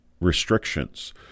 restrictions